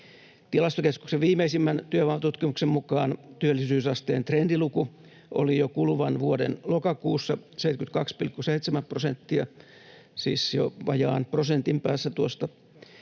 Tilastokeskuksen viimeisimmän työvoimatutkimuksen mukaan työllisyysasteen trendiluku oli jo kuluvan vuoden lokakuussa 72,7 prosenttia, siis jo vajaan prosentin päässä tuosta